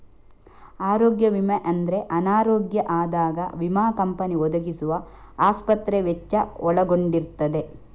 ಆರೋಗ್ಯ ವಿಮೆ ಅಂದ್ರೆ ಅನಾರೋಗ್ಯ ಆದಾಗ ವಿಮಾ ಕಂಪನಿ ಒದಗಿಸುವ ಆಸ್ಪತ್ರೆ ವೆಚ್ಚ ಒಳಗೊಂಡಿರ್ತದೆ